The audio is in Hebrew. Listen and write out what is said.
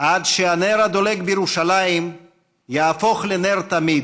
עד שהנר הדולק בירושלים יהפוך לנר תמיד,